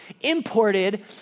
imported